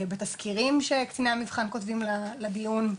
בתסקירים שקציני המבחן כותבים לדיון,